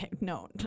no